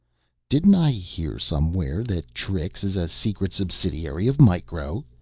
didn't i hear somewhere that trix is a secret subsidiary of micro?